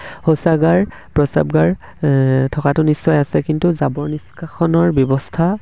শৌচাগাৰ প্ৰস্ৰাৱগাৰ থকাটো নিশ্চয় আছে কিন্তু জাবৰ নিষ্কাশনৰ ব্যৱস্থা